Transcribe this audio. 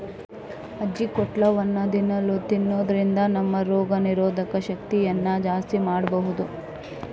ಅಜ್ಜಿಕೊಟ್ಲವನ್ನ ದಿನಾಲೂ ತಿನ್ನುದರಿಂದ ನಮ್ಮ ರೋಗ ನಿರೋಧಕ ಶಕ್ತಿಯನ್ನ ಜಾಸ್ತಿ ಮಾಡ್ಬಹುದು